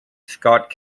scott